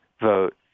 vote